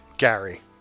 Gary